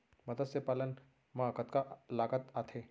मतस्य पालन मा कतका लागत आथे?